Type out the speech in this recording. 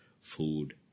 food